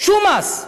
שום מס,